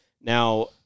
Now